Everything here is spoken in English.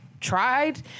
tried